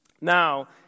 Now